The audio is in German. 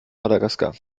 madagaskar